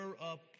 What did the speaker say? up